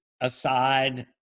aside